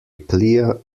plea